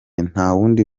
ntawundi